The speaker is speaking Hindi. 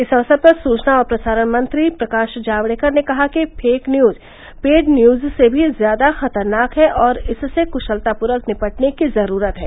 इस अवसर पर सूचना और प्रसारण मंत्री प्रकाश जावड़ेकर ने कहा कि फेक न्यूज पेड न्यूज से भी ज्यादा खतरनाक है और इससे क्शलतापूर्वक निपटने की जरूरत है